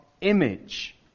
image